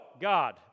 God